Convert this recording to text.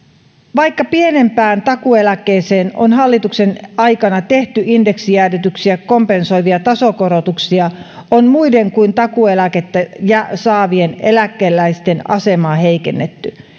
vaikka pienimpään takuueläkkeeseen on hallituksen aikana tehty indeksijäädytyksiä kompensoivia tasokorotuksia on muiden kuin takuueläkettä saavien eläkeläisten asemaa heikennetty